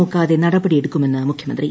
നോക്കാതെ നടപടി എടുക്കുമെന്ന് മുഖ്യമന്ത്രി